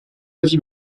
avis